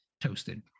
toasted